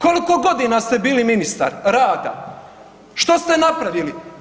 Koliko godina ste bili ministar rada, što ste napravili?